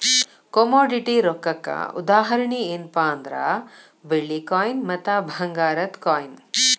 commodity ರೊಕ್ಕಕ್ಕ ಉದಾಹರಣಿ ಯೆನ್ಪಾ ಅಂದ್ರ ಬೆಳ್ಳಿ ಕಾಯಿನ್ ಮತ್ತ ಭಂಗಾರದ್ ಕಾಯಿನ್